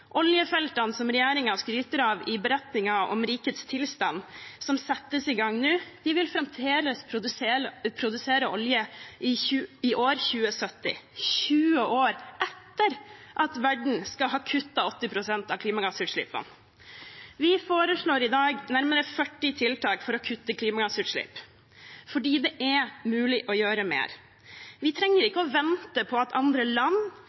Oljefeltene som regjeringen skryter av i beretningen om rikets tilstand, som settes i gang nå, vil fremdeles produsere olje i 2070 – 20 år etter at verden skal ha kuttet 80 pst. av klimagassutslippene. Vi foreslår i dag nærmere 40 tiltak for å kutte klimagassutslipp fordi det er mulig å gjøre mer. Vi trenger ikke å vente på at andre land